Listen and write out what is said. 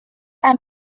and